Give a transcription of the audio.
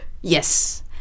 Yes